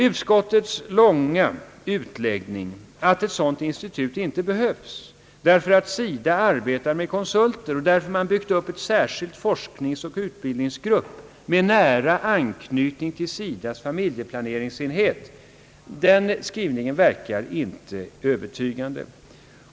Utskottets långa utläggning om att ett sådant institut inte behövs därför att SIDA arbetar med konsulter och därför att man byggt upp en särskild forskningsoch utbildningsgrupp med nära anknytning till SIDA:s familjeplaneringsenhet, verkar inte övertygande.